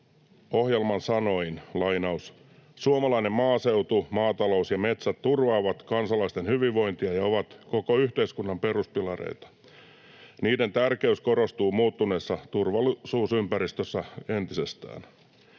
Ohjelman sanoin: ”Suomalainen maaseutu, maatalous ja metsät turvaavat kansalaisten hyvinvointia ja ovat koko yhteiskunnan peruspilareita. Niiden tärkeys korostuu muuttuneessa turvallisuusympäristössä entisestään.